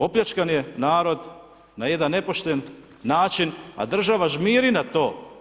Opljačkan je narod na jedan nepošten način, a država žmiri na to.